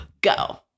go